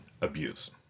abuse